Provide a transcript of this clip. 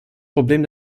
problem